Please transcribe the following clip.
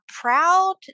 proud